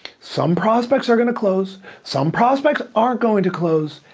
some prospects are gonna close. some prospects aren't going to close.